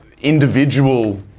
individual